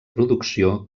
producció